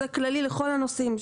זה כללי לכל הנושאים.